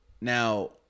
Now